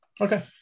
Okay